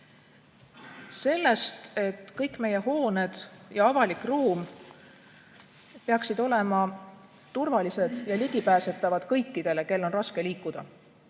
teadmine, et kõik meie hooned ja avalik ruum peaksid olema turvalised ja ligipääsetavad kõikidele, kellel on raske liikuda